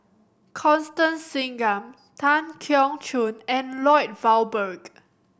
Constance Singam Tan Keong Choon and Lloyd Valberg